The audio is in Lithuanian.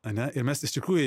ane ir mes iš tikrųjų